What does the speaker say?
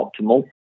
optimal